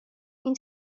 این